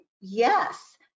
yes